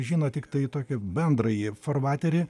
žino tiktai tokią bendrąjį farvaterį